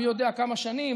ומי יודע כמה שנים,